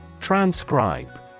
Transcribe